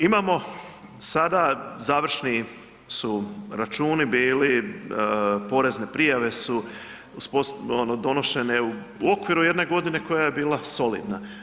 Imamo sada završni su računi bili, porezne prijave su ono donošene u okviru jedne godine koja je bila solidna.